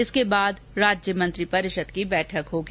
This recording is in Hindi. इसके बाद राज्य मंत्रिपरिषद की बैठक होगी